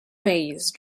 phase